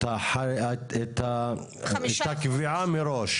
הקביעה מראש.